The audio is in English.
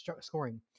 scoring